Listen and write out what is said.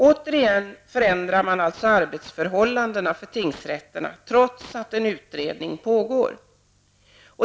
Återigen förändrar man arbetsförhållanden för tingsrätterna trots att en utredning pågår.